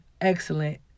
excellent